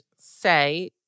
say